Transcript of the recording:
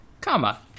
comma